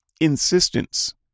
insistence